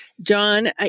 John